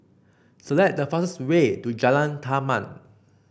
select the fastest way to Jalan Taman